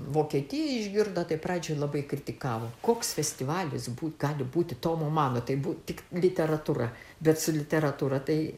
vokietija išgirdo tai pradžiai labai kritikavo koks festivalis būtų gali būti tomo mano tai buvo tik literatūra bet su literatūra tai